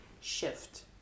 shift